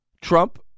Trump